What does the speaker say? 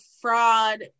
fraud